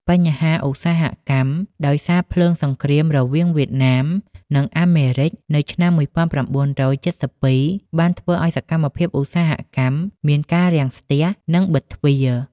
បញ្ហាឧស្សាហកម្ម ដោយសារភ្លើងសង្រ្គាមរវាងវៀតណាម និងអាមេរិកនៅឆ្នាំ ១៩៧២ បានធ្វើឲ្យសកម្មភាពឧស្សាហកម្មមានការរាំស្ទះ និងបិតទ្វារ។